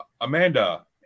Amanda